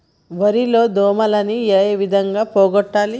వరి లో దోమలని ఏ విధంగా పోగొట్టాలి?